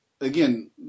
again